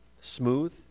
smooth